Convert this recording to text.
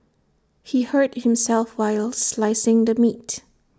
he hurt himself while slicing the meat